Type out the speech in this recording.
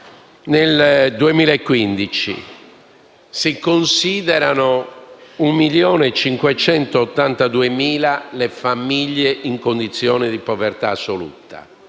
Nel 2015 si considerano 1.582.000 le famiglie in condizione di povertà assoluta: